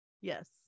yes